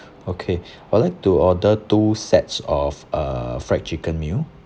okay we'd like to order two sets of a fried chicken meal